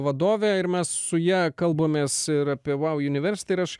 vadovė ir mes su ja kalbamės ir apie vau universiti ir aš